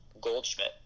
Goldschmidt